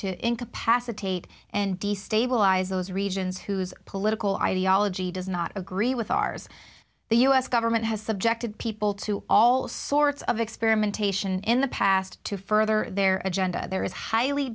to incapacitate and destabilize those regions whose political ideology does not agree with ours the u s government has subjected people to all sorts of experimentation in the past to further their agenda there is highly